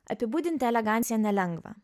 apibūdinti eleganciją nelengva